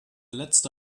letzte